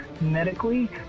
medically